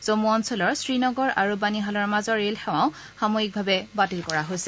জন্মূ অঞ্চলৰ শ্ৰীনগৰ আৰু বানীহালৰ মাজৰ ৰে'লসেৱাও সাময়িকভাৱে বাতিল কৰা হৈছে